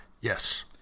Yes